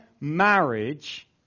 marriage